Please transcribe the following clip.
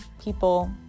people